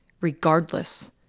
regardless